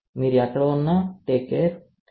మీరు ఎక్కడ ఉన్నా సురక్షితంగా ఉండండి